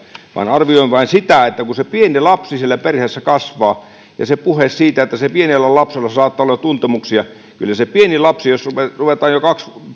vaan arvioin vain sitä että kun se pieni lapsi siellä perheessä kasvaa ja se puhe siitä että sillä pienellä lapsella saattaa olla jo tuntemuksia kyllä se pieni lapsi jos ruvetaan jo